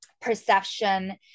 perception